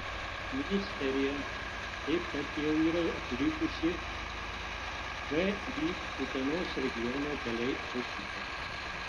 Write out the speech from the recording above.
ministerija taip pat jau yra atlikusi vį utenos regiono keliai auditą